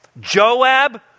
Joab